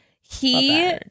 he-